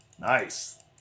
Nice